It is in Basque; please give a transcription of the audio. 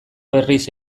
berriz